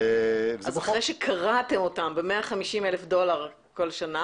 אז אחרי שקרעתם אותם ב-150,000 כול שנה,